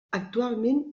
actualment